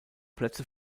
plätze